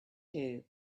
two